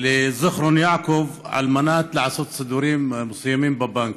לזיכרון יעקב על מנת לעשות סידורים מסוימים בבנק,